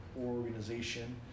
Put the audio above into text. organization